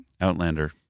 outlander